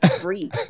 free